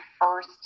first